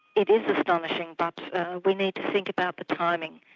it is astonishing but we need to think about the timing.